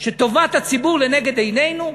שטובת הציבור לנגד עינינו?